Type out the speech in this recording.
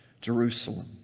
Jerusalem